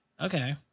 Okay